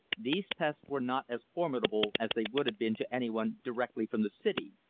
these pests were not as formidable as they would have been to anyone directly from the city,